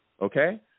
okay